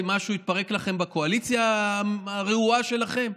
משהו יתפרק לכם בקואליציה הרעועה שלכם?